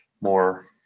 more